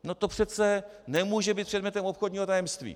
No to přece nemůže být předmětem obchodního tajemství.